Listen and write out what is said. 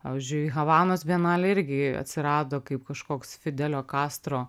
pavyzdžiui havanos bienalė irgi atsirado kaip kažkoks fidelio kastro